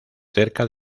cerca